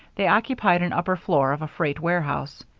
they occupied an upper floor of a freight warehouse.